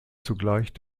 zugleich